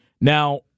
Now